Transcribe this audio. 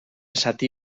zati